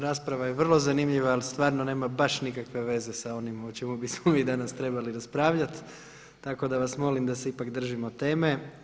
Rasprava je vrlo zanimljiva ali stvarno nema baš nikakve veze sa onim o čemu bismo mi danas trebali raspravljati tako da vas molim da se ipak držimo teme.